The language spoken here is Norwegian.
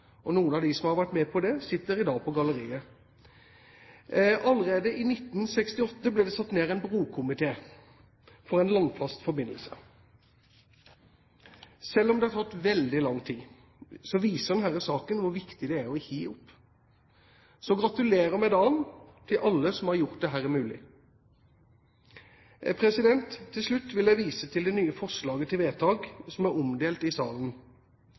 Noen av dem som har vært med på det, sitter i dag på galleriet. Allerede i 1968 ble det satt ned en brokomité for en landfast forbindelse. Selv om det har tatt veldig lang tid, viser denne saken hvor viktig det er ikke å gi opp. Gratulerer med dagen til alle som har gjort dette mulig! Til slutt vil jeg vise til det nye forslaget til vedtak som er omdelt i salen.